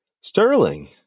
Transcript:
Sterling